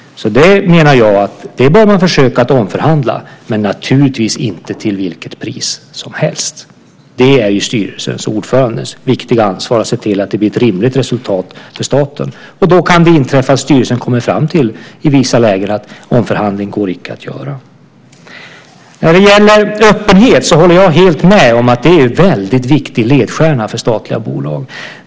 Jag menar därför att man bör försöka omförhandla dem, men givetvis inte till vilket pris som helst. Det är styrelsens och ordförandens viktiga ansvar att se till att det blir ett rimligt resultat för staten, och då kan det inträffa att styrelsen i vissa lägen kommer fram till att en omförhandling icke går att göra. När det gäller öppenhet håller jag helt med om att det är en viktig ledstjärna för statliga bolag.